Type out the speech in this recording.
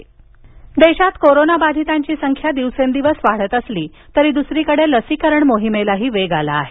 Covid राष्ट्रीय देशात कोरोनाबाधितांची संख्या दिवसेंदिवस वाढत असली तरी दुसरीकडे लसीकरण मोहिमेलाही वेग आला आहे